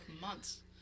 months